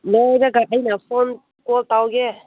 ꯂꯣꯏꯔꯒ ꯑꯩꯅ phone call ꯇꯧꯒꯦ